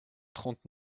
trente